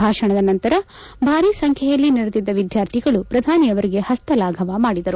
ಭಾಷಣದ ನಂತರ ಭಾರಿ ಸಂಬ್ಕೆಯಲ್ಲಿ ನೆರೆದಿದ್ದ ವಿದ್ಕಾರ್ಥಿಗಳು ಪ್ರಧಾನಿಯವರಿಗೆ ಹಸ್ತಲಾಘವ ಮಾಡಿದರು